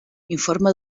informe